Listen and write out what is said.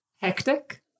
Hectic